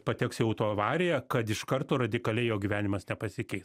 pateks į autoavariją kad iš karto radikaliai jo gyvenimas nepasikeis